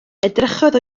edrychodd